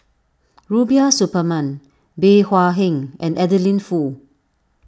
Rubiah Suparman Bey Hua Heng and Adeline Foo